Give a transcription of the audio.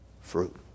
fruit